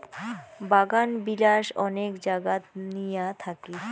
বাগানবিলাস অনেক জাগাত নিয়া থাকি